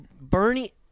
Bernie